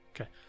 Okay